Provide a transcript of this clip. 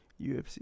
UFC